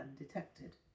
undetected